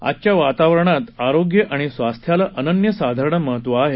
आजच्या वातावरणात आरोग्य आणि स्वास्थ्याला अनन्यसाधारण महत्व आहे